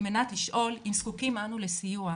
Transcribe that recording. על מנת לשאול אם זקוקים אנו לסיוע.